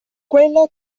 quella